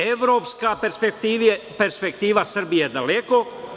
Evropska perspektiva Srbije daleko.